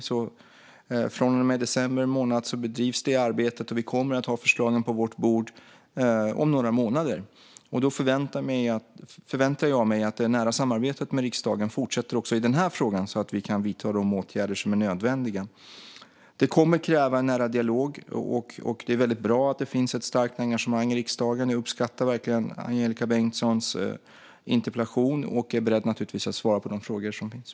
Arbetet bedrivs från och med december månad, och vi kommer att ha förslagen på vårt bord om några månader. Då förväntar jag mig att det nära samarbetet med riksdagen fortsätter även i den här frågan, så att vi kan vidta de åtgärder som är nödvändiga. Det kommer att kräva en nära dialog, och det är väldigt bra att det finns ett starkt engagemang i riksdagen. Jag uppskattar verkligen Angelika Bengtssons interpellation och är naturligtvis beredd att svara på de frågor som finns.